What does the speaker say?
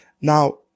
Now